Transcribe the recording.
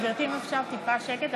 גברתי, אפשר טיפה שקט?